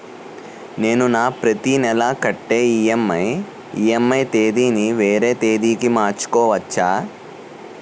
నేను నా ప్రతి నెల కట్టే ఈ.ఎం.ఐ ఈ.ఎం.ఐ తేదీ ని వేరే తేదీ కి మార్చుకోవచ్చా?